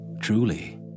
Truly